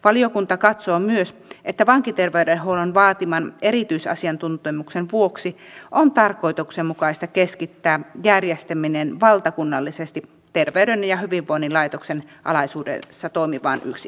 valiokunta katsoo myös että vankiter veydenhuollon vaatiman erityisasiantuntemuksen vuoksi on tarkoituksenmukaista keskittää järjestäminen valtakunnallisesti terveyden ja hyvinvoinnin laitoksen alaisuudessa toimivaan yksikköön